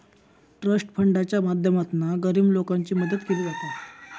trust फंडाच्या माध्यमातना गरीब लोकांची मदत केली जाता